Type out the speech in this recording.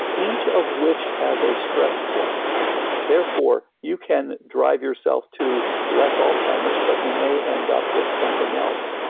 each of which has a stress point therefore, you can drive yourself to less alzheimer's, but you may end up with something else.